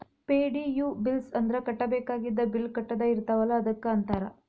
ಪೆ.ಡಿ.ಯು bills ಅಂದ್ರ ಕಟ್ಟಬೇಕಾಗಿದ್ದ bill ಕಟ್ಟದ ಇರ್ತಾವಲ ಅದಕ್ಕ ಅಂತಾರ